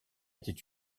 était